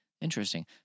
Interesting